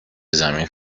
زمین